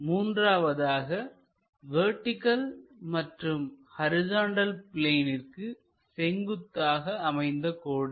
மூன்றாவதாக வெர்டிகள் மற்றும் ஹரிசாண்டல் பிளேனிற்கு செங்குத்தாக அமைந்த கோடு